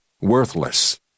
worthless